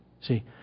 See